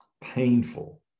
painful